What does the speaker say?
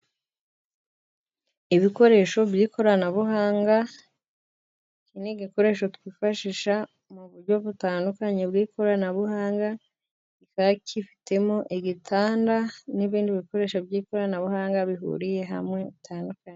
Ibikoresho by'ikoranabuhanga, ni igikoresho twifashisha mu buryo butandukanye bw'ikoranabuhanga. Kikaba kifitemo igitanda n'ibindi bikoresho by'ikoranabuhanga bihuriye hamwe bitandukanye.